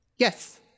Yes